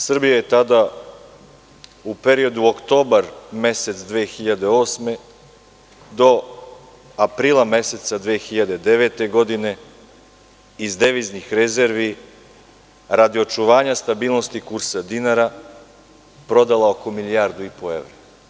Srbija je tada u periodu oktobar mesec 2008. godine do aprila meseca 2009. godine iz deviznih rezervi radi očuvanja stabilnosti kursa dinara prodala oko milijardu i po evra.